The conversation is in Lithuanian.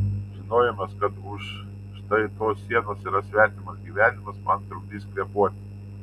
žinojimas kad už štai tos sienos yra svetimas gyvenimas man trukdys kvėpuoti